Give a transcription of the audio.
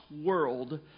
world